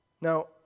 Now